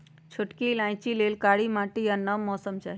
छोटकि इलाइचि लेल कारी माटि आ नम मौसम चाहि